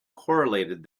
correlated